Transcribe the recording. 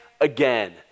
again